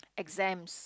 exams